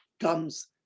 comes